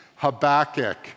Habakkuk